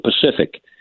Pacific